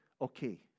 okay